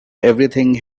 everything